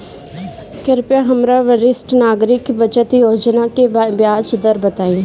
कृपया हमरा वरिष्ठ नागरिक बचत योजना के ब्याज दर बताइं